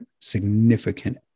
significant